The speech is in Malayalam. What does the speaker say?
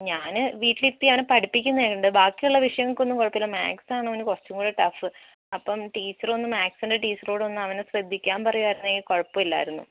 ഞാന് വീട്ടിൽ ഇരുത്തി അവനെ പഠിപ്പിക്കുന്നുണ്ട് ബാക്കിയുള്ള വിഷയങ്ങൾക്കൊന്നും കുഴപ്പം ഇല്ല മാത്സ് ആണ് അവന് കുറച്ചും കൂടി ടഫ് അപ്പം ടീച്ചർ ഒന്ന് മാത്സിൻ്റെ ടീച്ചറോട് ഒന്ന് അവനെ ശ്രദ്ധിക്കാൻ പറയുവായിരുന്നെങ്കിൽ കുഴപ്പം ഇല്ലായിരുന്നു